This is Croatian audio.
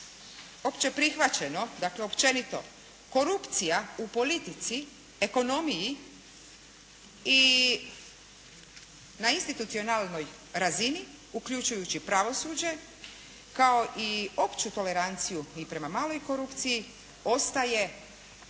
općeprihvaćeno, dakle općenito korupcija u politici, ekonomiji i na institucionalnoj razini uključujući pravosuđe kao i opću toleranciju i prema maloj korupciji ostaje